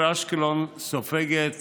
העיר אשקלון סופגת